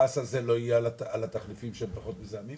אז בעצם המס הזה לא יהיה על תחליפים שהם פחות מזהמים?